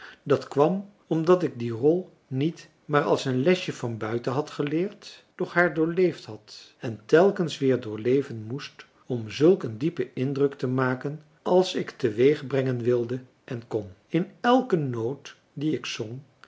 dat kwam omdat ik die rol niet maar als een lesje van buiten had geleerd doch haar doorleefd had en telkens weer doorleven moest om zulk een diepen indruk te maken als ik teweegbrengen wilde en kon in elke noot die ik zong